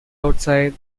outside